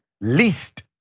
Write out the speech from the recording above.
least